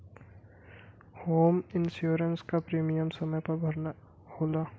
home insurance क premium समय पर भरना होला